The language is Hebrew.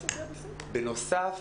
בנוסף,